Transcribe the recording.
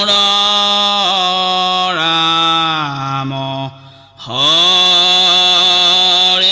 aa um ah ah